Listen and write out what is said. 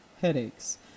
headaches